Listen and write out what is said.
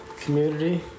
community